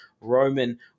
Roman